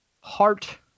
Heart